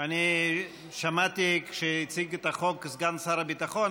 אני שמעתי כאשר הציג את החוק סגן שר הביטחון,